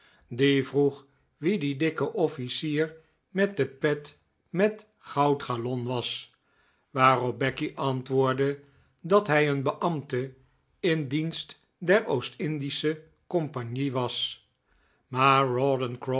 die vroeg wie die dikke officier met de pet met goudgalon was waarop becky antwoordde dat hij een beambte in dienst der oost-indische compagnie was maar